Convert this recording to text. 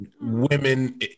women